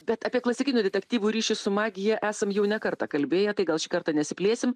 bet apie klasikinių detektyvų ryšį su magija esam jau ne kartą kalbėję tai gal šį kartą nesiplėsim